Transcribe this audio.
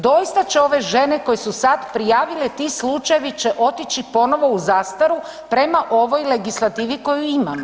Doista će ove žene koje su sad prijavile, ti slučajevi će otići ponovo u zastaru prema ovoj legislativi koju imamo.